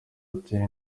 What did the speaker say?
ati